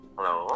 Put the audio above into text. Hello